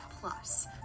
Plus